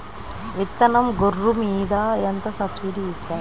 విత్తనం గొర్రు మీద ఎంత సబ్సిడీ ఇస్తారు?